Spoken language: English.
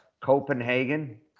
Copenhagen